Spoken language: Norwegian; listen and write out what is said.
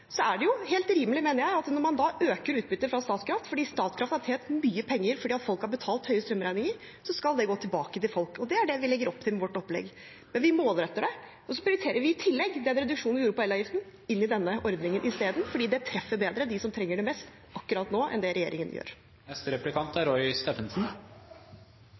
er det helt rimelig, mener jeg, at når man øker utbyttet fra Statkraft – Statkraft har tjent mye penger fordi folk har betalt høye strømregninger – skal det gå tilbake til folk. Det er det vi legger opp til med vårt opplegg. Men vi målretter det, og så prioriterer vi i tillegg den reduksjonen vi gjorde av elavgiften, inn i denne ordningen istedenfor fordi det treffer bedre dem som trenger det mest akkurat nå, enn det som regjeringen gjør. Jeg har kost meg med å se på Høyres medarbeidersamtaler på Facebook, men det er